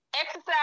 Exercise